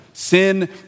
Sin